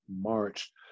March